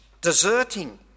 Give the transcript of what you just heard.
deserting